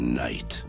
night